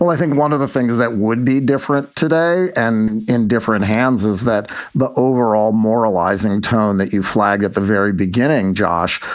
i think one of the things that would be different today and in different hands is that the overall moralizing tone that you flag at the very beginning, josh,